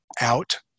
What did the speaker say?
out